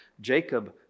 Jacob